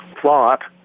plot